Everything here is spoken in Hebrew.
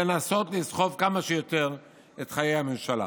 לנסות לסחוב כמה שיותר את חיי הממשלה,